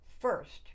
first